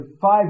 five